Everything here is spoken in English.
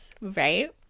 right